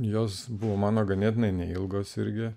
jos buvo mano ganėtinai neilgos irgi